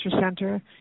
Center